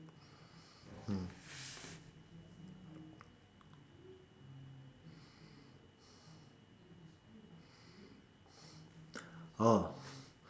oh